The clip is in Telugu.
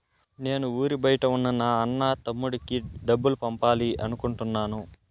నేను ఊరి బయట ఉన్న నా అన్న, తమ్ముడికి డబ్బులు పంపాలి అనుకుంటున్నాను